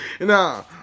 Nah